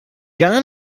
gar